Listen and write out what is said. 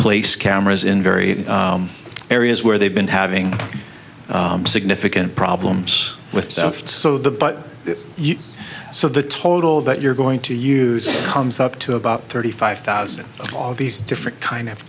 place cameras in very areas where they've been having significant problems with stuff so the but so the total that you're going to use comes up to about thirty five thousand of these different kinds of